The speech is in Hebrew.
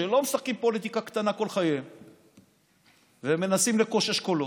שלא משחקים פוליטיקה קטנה כל חייהם ומנסים לקושש קולות,